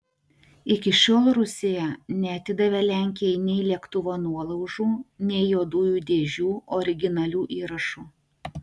iki šiol rusija neatidavė lenkijai nei lėktuvo nuolaužų nei juodųjų dėžių originalių įrašų